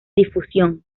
difusión